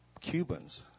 Cubans